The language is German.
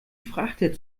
frachter